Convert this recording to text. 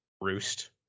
roost